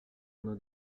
one